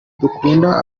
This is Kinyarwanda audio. dukunda